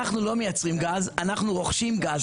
אנחנו לא מייצרים גז אנחנו רוכשים גז.